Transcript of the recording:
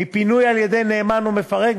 מפינוי על-ידי נאמן או מפרק,